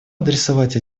адресовать